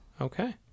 Okay